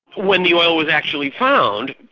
when the oil was actually found,